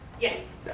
Yes